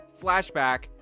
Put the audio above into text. flashback